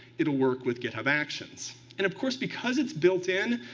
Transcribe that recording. it'll work with github actions. and of course, because it's built in,